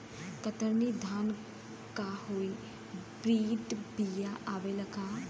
कतरनी धान क hybrid बिया आवेला का?